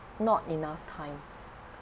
not enough time